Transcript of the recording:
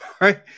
right